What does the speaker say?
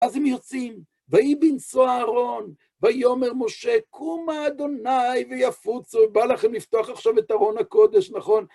אז הם יוצאים, ויהי בנסוע הארון, ויאמר משה, קומה אדוני, ויפוצו, ובא לכם לפתוח עכשיו את ארון הקודש, נכון?